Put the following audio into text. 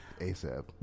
asap